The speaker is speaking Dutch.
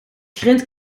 grind